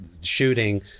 shooting